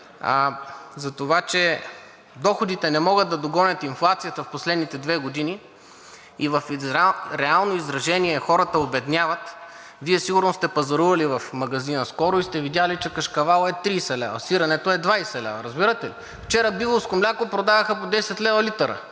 за това, че доходите не могат да догонят инфлацията в последните две години и в реално изражение хората обедняват, Вие сигурно сте пазарували в магазина скоро и сте видели, че кашкавалът е 30 лв., сиренето е 20 лв. Разбирате ли?! Вчера биволско мляко продаваха по 10 лв. литъра.